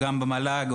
במל"ג,